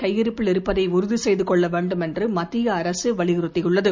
கையிருப்பில் உறுதி செய்தகொள்ள வேண்டும் என்று மத்திய அரசு வலியுறுத்தியுள்ளது